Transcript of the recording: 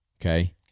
Okay